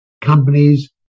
companies